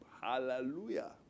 hallelujah